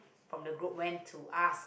from the group went to us